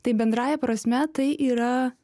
tai bendrąja prasme tai yra